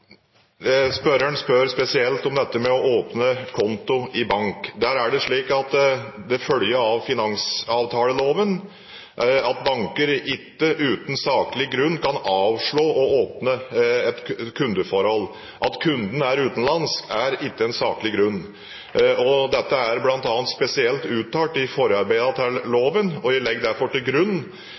Spørreren spør spesielt om dette med å åpne konto i bank. Det følger av finansavtaleloven at banker ikke uten saklig grunn kan avslå å åpne et kundeforhold. At kunden er utenlandsk, er ikke en saklig grunn. Dette er spesielt uttalt i forarbeidene til loven, og jeg legger derfor til grunn